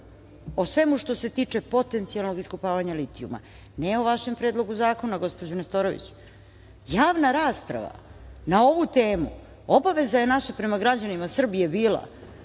o svemu što se tiče potencijalnog iskopavanja litijuma, ne o vašem Predlogu zakona, gospođo Nestorović. Javna rasprava na ovu temu obaveza je naša prema građanima Srbije bila